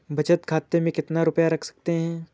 बचत खाते में कितना रुपया रख सकते हैं?